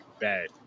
Bad